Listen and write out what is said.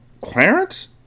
Clarence